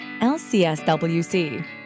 lcswc